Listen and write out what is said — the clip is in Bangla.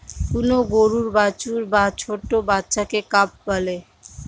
কোন গরুর বাছুর বা ছোট্ট বাচ্চাকে কাফ বলে